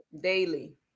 Daily